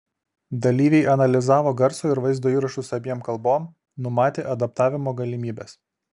dalyviai analizavo garso ir vaizdo įrašus abiem kalbom numatė adaptavimo galimybes